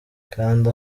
kanda